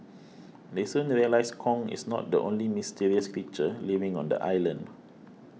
they soon realise Kong is not the only mysterious creature living on the island